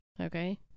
Okay